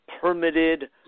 permitted